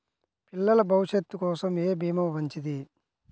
పిల్లల భవిష్యత్ కోసం ఏ భీమా మంచిది?